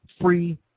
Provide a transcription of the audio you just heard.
free